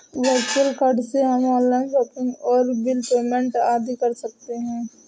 virtual card से हम online shopping और बिल पेमेंट आदि कर सकते है